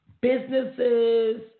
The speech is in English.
businesses